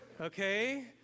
okay